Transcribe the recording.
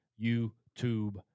YouTube